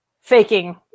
faking